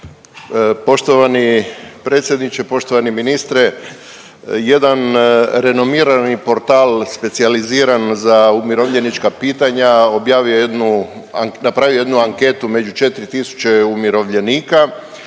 Poštovani predsjedniče, poštovani ministre, jedan renomirani portal specijaliziran za umirovljenička pitanja objavio je jednu an…, napravio